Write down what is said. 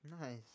Nice